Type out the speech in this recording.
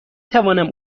توانم